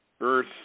Earth